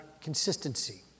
consistency